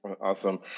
Awesome